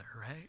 right